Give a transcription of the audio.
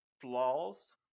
flaws